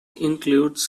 includes